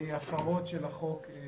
אם נמצאות הפרות של החוק.